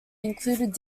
included